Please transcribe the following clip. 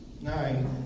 Nine